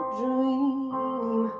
dream